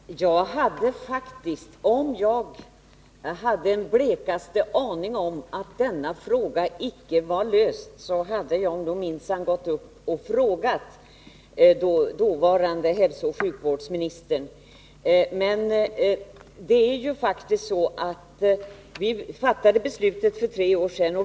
Herr talman! Jag hade faktiskt, Gertrud Sigurdsen, om jag hade den blekaste aning om att det problem det här gäller inte var löst, nog gått upp och frågat dåvarande hälsooch sjukvårdsministern. Men det förhåller sig faktiskt så att vi fattade beslutet om utbildningen för tre år sedan.